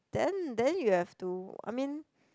then then you have to I mean